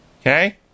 Okay